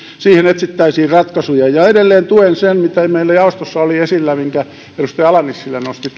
siihen etsittäisiin ratkaisuja ja edelleen tuen sitä mikä meillä jaostossa oli esillä ja minkä edustaja ala nissilä nosti